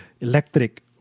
Electric